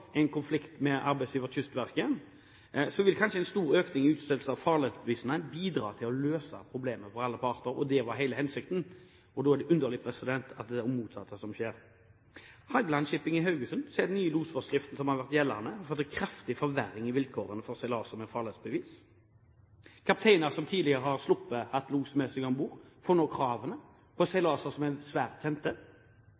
en konflikt med arbeidsgiveren Kystverket, ville kanskje en stor økning i utstedelser av farledsbevisene bidratt til å løse problemet for alle parter. Det var hele hensikten, og da er det underlig at det er det motsatte som skjer. Hagland Shipping i Haugesund sier at den nye losforskriften som har vært gjeldende, har fått en kraftig forverring i vilkårene for seilaser med farledsbevis. Kapteiner som tidligere har sluppet å ha los med seg om bord, får nå krav om det på